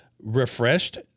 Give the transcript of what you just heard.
refreshed